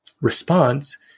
response